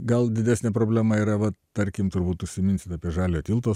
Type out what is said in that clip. gal didesnė problema yra va tarkim turbūt užsiminsit apie žaliojo tilto